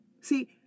See